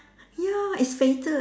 ya it's fated